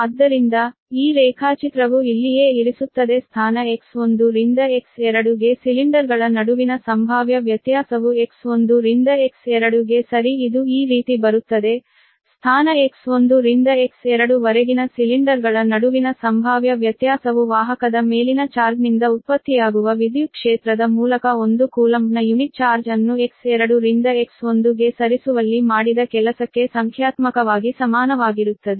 ಆದ್ದರಿಂದ ಈ ರೇಖಾಚಿತ್ರವು ಇಲ್ಲಿಯೇ ಇರಿಸುತ್ತದೆ ಆದ್ದರಿಂದ ಸ್ಥಾನ X1 ರಿಂದ X2 ಗೆ ಸಿಲಿಂಡರ್ಗಳ ನಡುವಿನ ಸಂಭಾವ್ಯ ವ್ಯತ್ಯಾಸವು X1 ರಿಂದ X2 ಗೆ ಸರಿ ಇದು ಈ ರೀತಿ ಬರುತ್ತದೆ ಸ್ಥಾನX1 ರಿಂದ X2 ವರೆಗಿನ ಸಿಲಿಂಡರ್ಗಳ ನಡುವಿನ ಸಂಭಾವ್ಯ ವ್ಯತ್ಯಾಸವು ವಾಹಕದ ಮೇಲಿನ ಚಾರ್ಜ್ನಿಂದ ಉತ್ಪತ್ತಿಯಾಗುವ ವಿದ್ಯುತ್ ಕ್ಷೇತ್ರದ ಮೂಲಕ 1 ಕೂಲಂಬ್ನ ಯುನಿಟ್ ಚಾರ್ಜ್ ಅನ್ನು X2 ರಿಂದ X1 ಗೆ ಸರಿಸುವಲ್ಲಿ ಮಾಡಿದ ಕೆಲಸಕ್ಕೆ ಸಂಖ್ಯಾತ್ಮಕವಾಗಿ ಸಮಾನವಾಗಿರುತ್ತದೆ